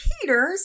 Peters